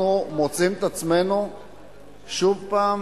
אנחנו מוצאים את עצמנו שוב לא